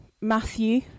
Matthew